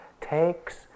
takes